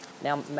now